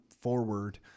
forward